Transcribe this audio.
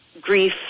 grief